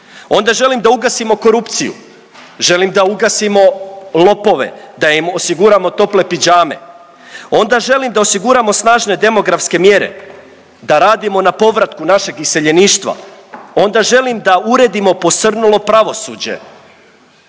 Onda želim da ugasimo korupciju, želim da ugasimo lopove da im osiguramo tople pidžame. Onda želim da osiguramo snažne demografske mjere, da radimo na povratku našeg iseljeništva. Onda želim da uredimo posrnulo pravosuđe,